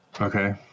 Okay